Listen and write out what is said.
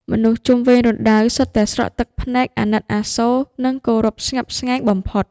មនុស្សជុំវិញរណ្ដៅសុទ្ធតែស្រក់ទឹកភ្នែកអាណិតអាសូរ និងគោរពស្ញប់ស្ញែងបំផុត។